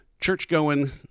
church-going